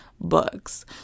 books